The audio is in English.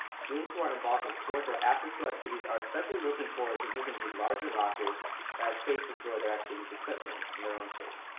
students who are involved in sports or after school activities are especially looking forward to using these larger lockers as space to store their activity's equipment in their own space.